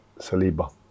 Saliba